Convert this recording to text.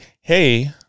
Hey